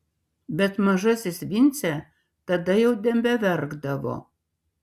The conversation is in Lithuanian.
bet mažasis vincė tada jau nebeverkdavo